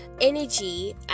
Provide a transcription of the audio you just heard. energy